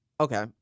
okay